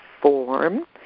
form